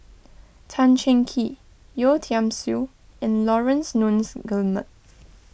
Tan Cheng Kee Yeo Tiam Siew and Laurence Nunns Guillemard